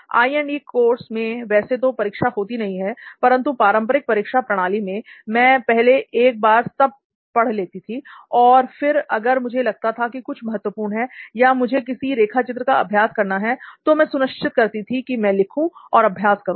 I and E course में वैसे तो परीक्षा होती नहीं है परंतु पारंपरिक परीक्षा प्रणाली में मैं पहले एक बार सब पढ़ लेती थी और फिर अगर मुझे लगता था कि कुछ महत्वपूर्ण है या मुझे किसी रेखाचित्र का अभ्यास करना है तो मैं सुनिश्चित करती थी कि मैं लिखूं और अभ्यास करूं